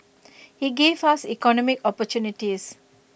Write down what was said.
he gave us economic opportunities